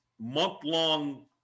month-long